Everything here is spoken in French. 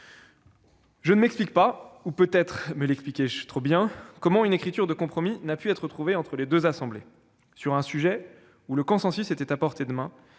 Je ne m'explique pas- ou, peut-être, je me l'explique trop bien -comment une écriture de compromis n'a pu être trouvée entre les deux assemblées, sur un sujet où le consensus était à portée de main